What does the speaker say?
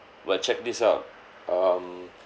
but check this out um